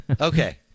okay